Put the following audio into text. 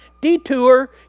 Detour